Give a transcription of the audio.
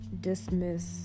dismiss